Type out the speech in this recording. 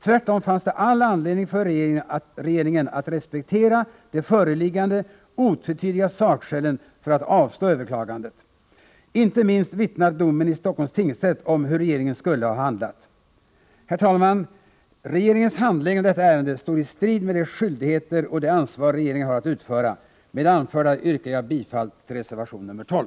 Tvärtom fanns det all anledning för regeringen att respektera de föreliggande, otvetydiga sakskälen för att avslå överklagandet. Inte minst vittnar domen i Stockholms tingsrätt om hur regeringen skulle ha handlat. Herr talman! Regeringens handläggning av detta ärende står i strid med de skyldigheter regeringen har och det ansvar den har att utöva. Med det anförda yrkar jag bifall till reservation 12.